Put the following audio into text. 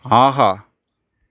ஆஹா